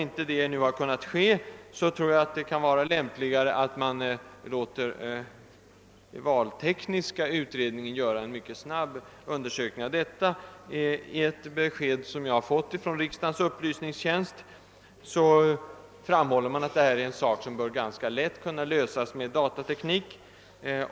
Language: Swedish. När detta nu inte kunnat genomföras, förefaller det vara lämpligast att låta valtekniska utredningen göra en snabbundersökning av spörsmålet. Enligt ett besked som jag fått från riksdagens upplysningstjänst kan denna fråga ganska lätt lösas med datateknik.